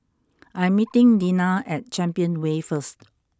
I'm meeting Deanna at Champion Way first